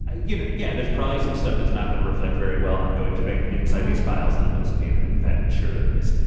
ah you know yeah, there's probably some stuff that's not going to reflect very well on deutschebank inside these files that have been subpoenaed. in fact, i'm sure that it is.